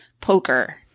poker